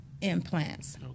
implants